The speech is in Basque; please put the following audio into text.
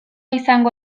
izango